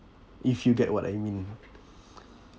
if you get what I mean